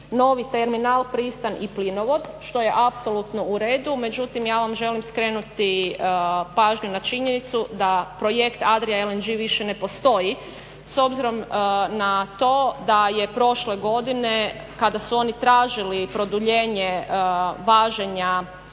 novi terminal … i plinovod što je apsolutno u redu, međutim ja vam želim skrenuti pažnju na činjenicu da projekt Adria LNG više ne postoji s obzirom na to da je prošle godine kada su oni tražili produljenje važenja